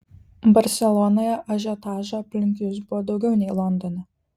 barselonoje ažiotažo aplink jus buvo daugiau nei londone